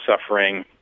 suffering